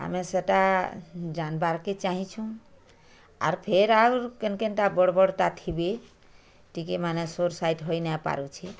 ଆମେ ସେଟା ଜାନିବାର୍କେ ଚାହିଁଛୁଁ ଆର୍ ଫେର୍ ଆଉର୍ କେନ୍ କେନ୍ଟା ବଡ଼ ବଡ଼ଟା ଥିବେ ଟିକେ ମାନେ ସୋର୍ ସାଇଟ୍ ହୋଇ ନାଇଁ ପାରୁଛି